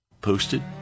posted